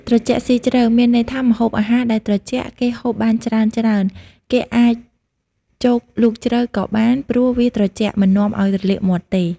ត្រជាក់ស៊ីជ្រៅ មានន័យថាម្ហូបអាហារដែលត្រជាក់ គេហូបបានច្រើនៗ គេអាចចូកលូកជ្រៅក៏បាន ព្រោះវាត្រជាក់មិននាំឲ្យរលាកមាត់ទេ ។